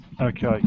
Okay